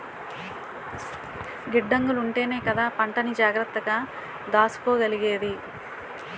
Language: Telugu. గిడ్డంగులుంటేనే కదా పంటని జాగ్రత్తగా దాసుకోగలిగేది?